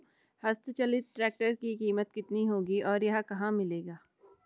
हस्त चलित ट्रैक्टर की कीमत कितनी होगी और यह कहाँ मिलेगा?